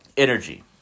Energy